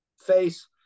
face